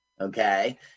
Okay